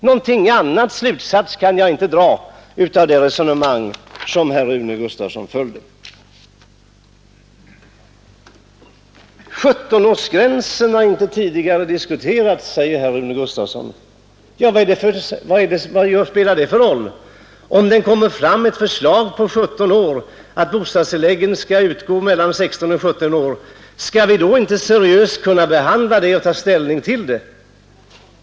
Någon annan slutsats kan jag inte dra av det resonemang som herr Rune Gustavsson för här. 17-årsgränsen har inte tidigare diskuterats, säger herr Gustavsson. Vad spelar det för roll? Om det läggs fram ett förslag att bostadstillägg skall utgå till familjer med barn upp till 17 år, skall vi då inte seriöst kunna behandla och ta ställning till det?